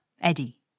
Eddie